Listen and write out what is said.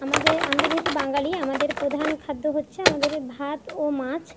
আমাদের আমরা যেহেতু বাঙ্গালি আমাদের প্রধান খাদ্য হচ্ছে আমাদের ভাত ও মাছ